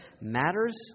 matters